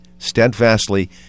Steadfastly